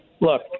look